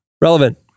relevant